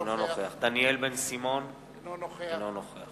אינו נוכח דניאל בן-סימון, אינו נוכח